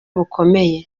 bukomeye